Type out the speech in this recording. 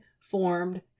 formed